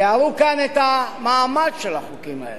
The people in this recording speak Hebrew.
תיארו כאן את מעמד החוקים האלה.